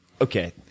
Okay